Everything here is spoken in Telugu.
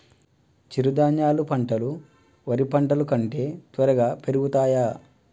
చిరుధాన్యాలు పంటలు వరి పంటలు కంటే త్వరగా పెరుగుతయా?